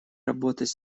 работать